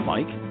Mike